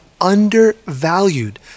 undervalued